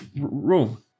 room